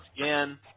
again